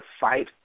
fight